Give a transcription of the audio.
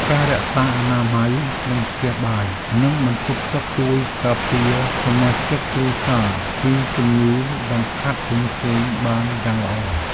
ការរក្សាអនាម័យក្នុងផ្ទះបាយ និងបន្ទប់ទឹកជួយការពារសមាជិកគ្រួសារពីជំងឺដង្កាត់ផ្សេងៗបានយ៉ាងល្អ។